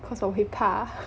cause 我会怕